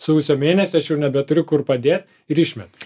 sausio mėnesį aš jau nebeturiu kur padėt ir išmeta